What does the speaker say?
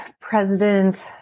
president